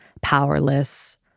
powerless